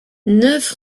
neuf